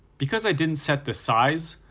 because i didn't set the size,